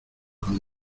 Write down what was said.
con